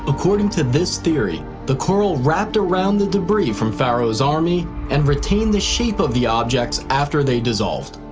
according to this theory, the coral wrapped around the debris from pharaoh's army and retained the shape of the objects after they dissolved.